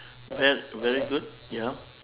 ver~ very good ya